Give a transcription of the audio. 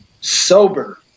sober